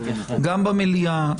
גם במליאה,